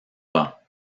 vent